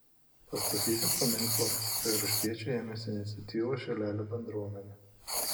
pastatyti paminklą kraštiečiui ėmėsi iniciatyvos šilelio bendruomenė